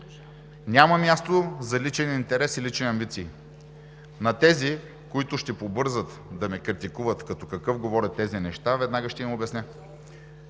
Няма място за личен интерес и лични амбиции. На тези, които ще побързат да ме критикуват – като какъв говоря тези неща, веднага ще им обясня.